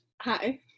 Hi